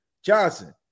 johnson